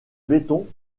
béton